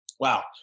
Wow